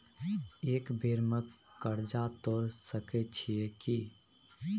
एक बेर में कर्जा तोर सके छियै की?